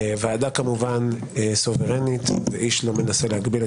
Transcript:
הוועדה כמובן סוברנית - ואיש לא מנסה להגביל את